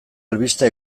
albiste